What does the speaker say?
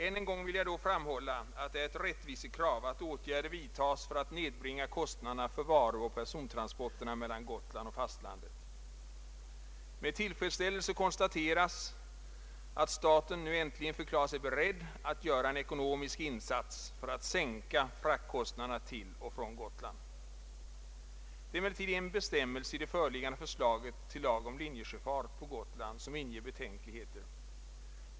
Än en gång vill jag då framhålla att det är ett rättvisekrav att åtgärder vidtas för att nedbringa kostnaderna för varuoch persontransporterna mellan Gotland och fastlandet. Med tillfredsställelse konstateras att staten nu äntligen förklarar sig beredd att göra en ekonomisk insats för att sänka fraktkostnaderna till och från Gotland. Det är emellertid en bestämmelse i det föreliggande förslaget till lag om linjesjöfart på Gotland som inger betänkligheter.